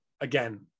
again